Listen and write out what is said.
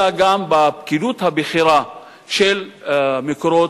אלא גם בפקידות הבכירה של "מקורות"